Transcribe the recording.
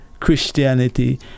Christianity